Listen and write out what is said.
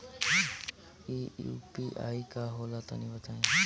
इ यू.पी.आई का होला तनि बताईं?